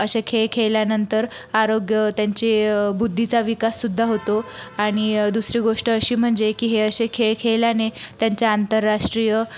असे खेळ खेळल्यानंतर आरोग्य त्यांची बुद्धीचा विकाससुद्धा होतो आणि दुसरी गोष्ट अशी म्हणजे की हे असे खेळ खेळल्याने त्यांच्या आंतरराष्ट्रीय